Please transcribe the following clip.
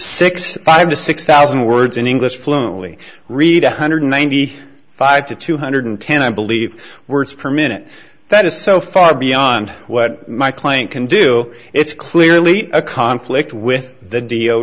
six five to six thousand words in english fluently read one hundred ninety five to two hundred ten i believe words per minute that is so far beyond what my claim can do it's clearly a conflict with the d o